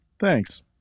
Thanks